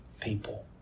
people